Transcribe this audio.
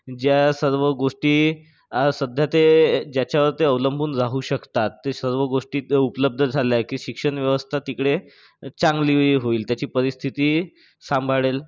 ज्या सर्व गोष्टी सध्या ते ज्याच्यावरती अवलंबून राहू शकतात ते सर्व गोष्टी ते उपलब्ध झाल्या की शिक्षण व्यवस्था तिकडे चांगली होईल त्याची परिस्थिती सांभाळेल